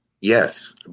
Yes